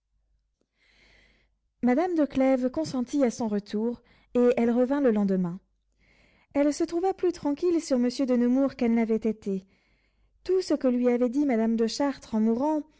madame de clèves consentit à son retour et elle revint le lendemain elle se trouva plus tranquille sur monsieur de nemours qu'elle n'avait été tout ce que lui avait dit madame de chartres en mourant